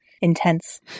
intense